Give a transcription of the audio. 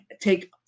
take